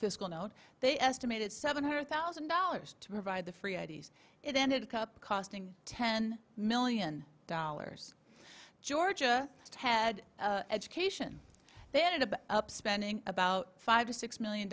fiscal note they estimated seven hundred thousand dollars to provide the free i d s it ended up costing ten million dollars georgia had education they had about up spending about five to six million